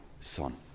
son